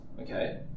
okay